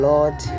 Lord